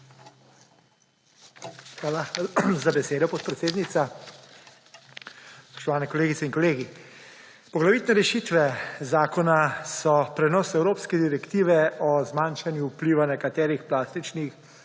Hvala za besedo, podpredsednica. Spoštovani kolegice in kolegi! Poglavitne rešitve zakona so prenos Evropske direktive o zmanjšanju vpliva nekaterih plastičnih